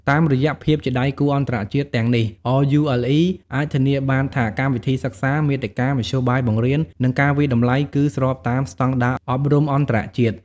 តាមរយៈភាពជាដៃគូអន្តរជាតិទាំងនេះ RULE អាចធានាបានថាកម្មវិធីសិក្សា មាតិកា មធ្យោបាយបង្រៀន និងការវាយតម្លៃគឺស្របតាមស្តង់ដារអប់រំអន្តរជាតិ។